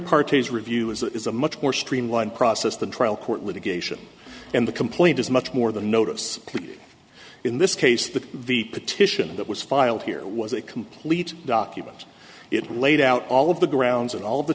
parties review is a much more streamlined process than trial court litigation and the complaint is much more the notice in this case that the petition that was filed here was a complete document it laid out all of the grounds and all of